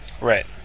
Right